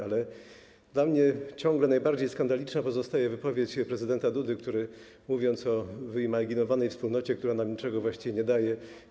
Ale dla mnie ciągle najbardziej skandaliczna pozostaje wypowiedź prezydenta Dudy, który mówił o wyimaginowanej wspólnocie, która nam niczego właściwie nie daje.